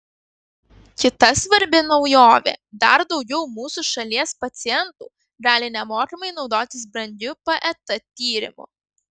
kita svarbi naujovė dar daugiau mūsų šalies pacientų gali nemokamai naudotis brangiu pet tyrimu